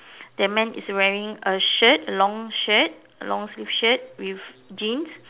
the man is wearing a shirt a long shirt a long sleeve shirt with jeans